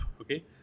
okay